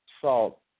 salt